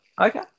Okay